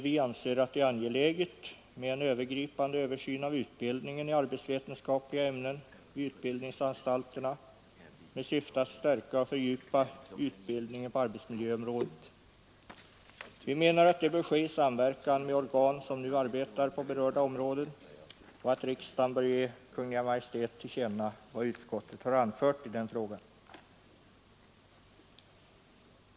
Vi anser att det är angeläget med en övergripande översyn av utbildningen i arbetsvetenskapliga ämnen vid utbildningsanstalterna med syfte att stärka och fördjupa utbildningen på arbetsmiljöområdet. Vi menar att detta bör ske i samverkan med organ som nu arbetar på berörda områden och att riksdagen bör ge Kungl. Maj:t till känna vad utskottet har anfört i den frågan.